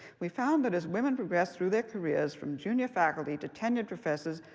we found that as women progress through their careers from junior faculty to tenured professors,